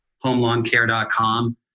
homelongcare.com